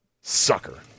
Sucker